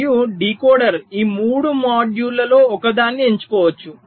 మరియు డీకోడర్ ఈ 3 మాడ్యూళ్ళలో ఒకదాన్ని ఎంచుకోవచ్చు